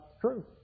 True